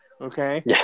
okay